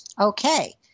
okay